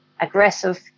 aggressive